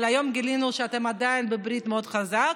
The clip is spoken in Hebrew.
היום גילינו שאתם עדיין בברית מאוד חזקה,